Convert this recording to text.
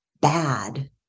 bad